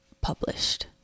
published